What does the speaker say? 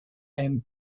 and